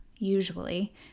usually